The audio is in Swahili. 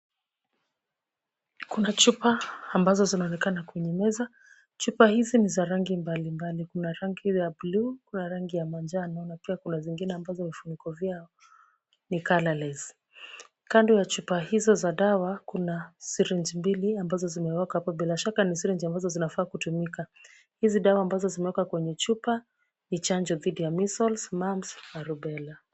Kuna chupa ambazo zinaonekana kwenye meza. Chupa hizi ni za rangi mbalimbali, kuna rangi ya bluu, kuna rangi ya manjano na pia kuna zingine ambazo vifuniko vyao ni colourless . Kando ya chupa hizo za dawa kuna syringe mbili ambazo zimewekwa hapo bila shaka ni syringe ambazo zinafaa kutumika. Hizi dawa ambazo zimewekwa kwenye chupa ni chanjo dhidi ya measles, mumps na rubela .